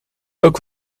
ook